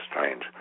strange